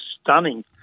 stunning